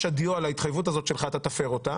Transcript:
הדיו על ההתחייבות הזאת שלך אתה תפר אותה.